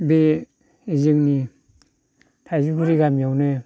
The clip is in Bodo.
बे जोंनि थाइजौगुरि गामियावनो